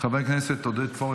חבר הכנסת עודד פורר,